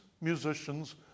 musicians